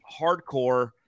hardcore